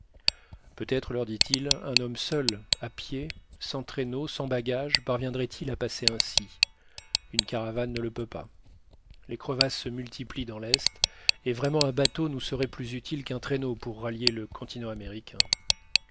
peut-être leur dit-il un homme seul à pied sans traîneau sans bagage parviendrait il à passer ainsi une caravane ne le peut pas les crevasses se multiplient dans l'est et vraiment un bateau nous serait plus utile qu'un traîneau pour rallier le continent américain